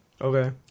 Okay